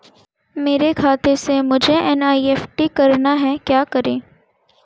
मेरे खाते से मुझे एन.ई.एफ.टी करना है क्या करें?